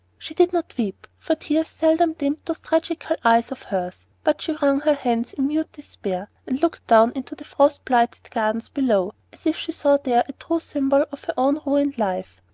she did not weep, for tears seldom dimmed those tragical eyes of hers but she wrung her hands in mute despair, and looked down into the frost-blighted gardens below, as if she saw there a true symbol of her own ruined life.